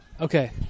Okay